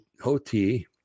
Hoti